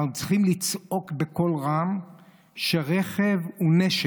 אנחנו צריכים לצעוק בקול רם שרכב הוא נשק,